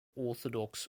orthodox